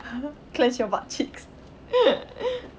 clash your butt cheeks